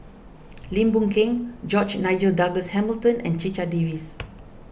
Lim Boon Keng George Nigel Douglas Hamilton and Checha Davies